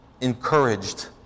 encouraged